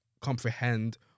comprehend